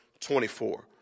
24